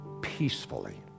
peacefully